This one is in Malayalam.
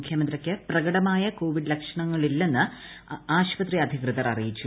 മുഖ്യമന്ത്രിക്ക് പ്രകടമായ കോവിഡ് രോഗലക്ഷണങ്ങളില്ലെന്ന് ആശുപത്രി അധികൃതർ അറിയിച്ചു